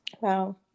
Wow